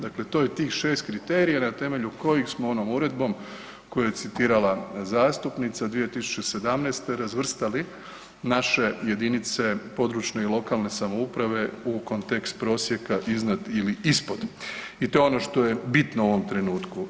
Dakle to je tih šest kriterija na temelju kojih smo onom uredbom koju je citirala zastupnica, 2017. razvrstali naše jedinice područne i lokalne samouprave u kontekst prosjeka iznad ili ispod i to je ono što je bitno u ovom trenutku.